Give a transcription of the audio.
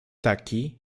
taki